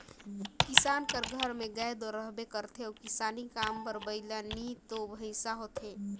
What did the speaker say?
किसान कर घर में गाय दो रहबे करथे अउ किसानी काम बर बइला नी तो भंइसा होथे